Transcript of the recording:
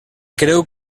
creu